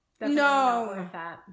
no